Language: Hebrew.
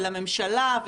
לממשלה,